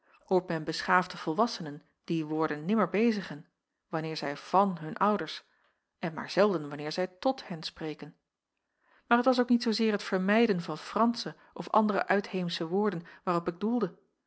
hoort men beschaafde volwassenen die woorden nimmer bezigen wanneer zij van hun ouders en maar zelden wanneer zij tot hen spreken maar het was ook niet zoozeer het vermijden van fransche of andere uitheemsche woorden waarop ik doelde